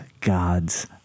God's